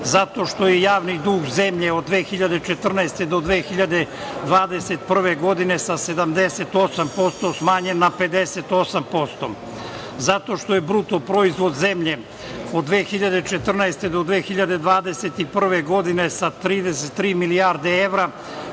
zato što je javni dug zemlje od 2014. godine do 2021. godine sa 78% smanjen na 58%, zato što je bruto proizvod zemlje od 2014. do 2021. godine sa 33 milijarde evra